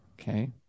Okay